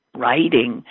writing